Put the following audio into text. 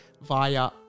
via